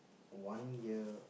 one year